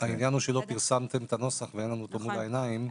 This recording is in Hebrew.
העניין הוא שלא פרסמתם את הנוסח ואין לנו אותו מול העיניים.